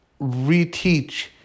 reteach